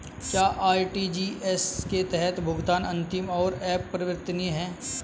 क्या आर.टी.जी.एस के तहत भुगतान अंतिम और अपरिवर्तनीय है?